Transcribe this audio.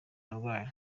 abarwayi